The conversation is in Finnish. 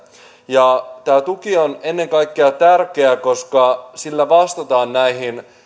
tämä tuki on ennen kaikkea tärkeä koska sillä vastataan näihin